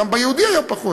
וגם במגזר היהודי היה פחות.